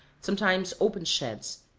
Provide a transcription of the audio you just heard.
sometimes open sheds,